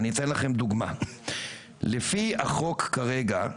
אני אתן לכם דוגמה, לפי החוק כרגע,